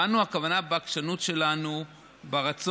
בנו,